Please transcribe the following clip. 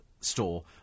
store